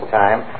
time